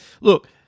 look